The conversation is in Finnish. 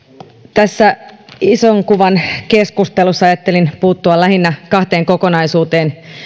tässä ison kuvan keskustelussa ajattelin puuttua lähinnä kahteen kokonaisuuteen